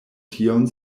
tiun